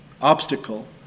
obstacle